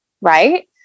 right